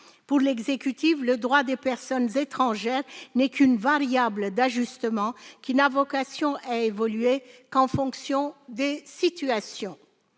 Pour l'exécutif, le droit des personnes étrangères est uniquement une variable d'ajustement, n'ayant vocation à évoluer qu'en fonction des situations.